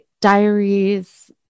diaries